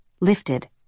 lifted